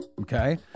Okay